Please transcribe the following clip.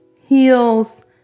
heels